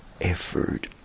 effort